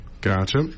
gotcha